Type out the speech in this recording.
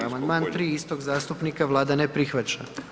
Amandman 3. istog zastupnika Vlada ne prihvaća.